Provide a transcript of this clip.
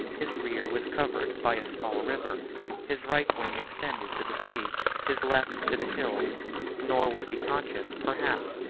his rear was covered by a small river his right wing extended to the sea his left to the hills nor was he conscious, perhaps,